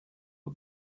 the